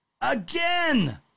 Again